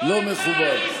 לא מכובד.